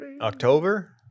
October